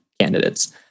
candidates